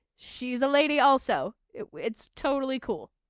she's a lady also it. it's totally cool.